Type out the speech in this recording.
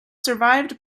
survived